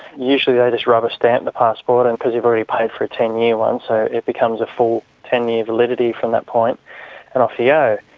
usually they just rubberstamp the passport, and because you've already paid for a ten year one, so it becomes a full ten year validity from that point and off you yeah